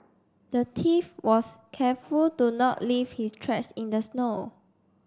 the thief was careful to not leave his tracks in the snow